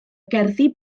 gerddi